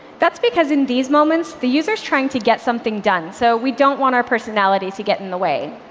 that's because in these moments, the user is trying to get something done, so we don't want our personality to get in the way.